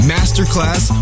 Masterclass